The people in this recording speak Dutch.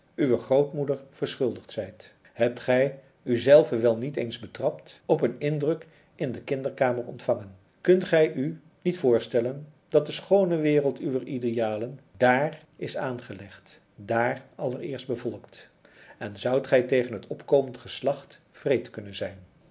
uwe grootmoeder verschuldigd zijt hebt gij u zelven wel niet eens betrapt op een indruk in de kinderkamer ontvangen kunt gij u niet voorstellen dat de schoone wereld uwer idealen dààr is aangelegd dààr allereerst bevolkt en zoudt gij tegen het opkomend geslacht wreed kunnen zijn